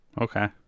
Okay